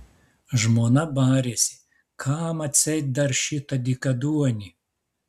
žmona barėsi kam atseit dar šitą dykaduonį